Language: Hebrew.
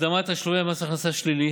הקדמת תשלומי מס הכנסה שלילי,